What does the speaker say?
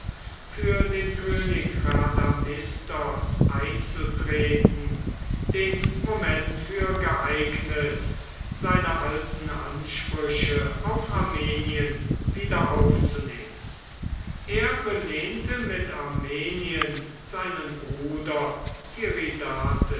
für den könig rhadamistos einzutreten den moment für geeignet seine alten ansprüche auf armenien wieder aufzunehmen er belehnte mit armenien seinen bruder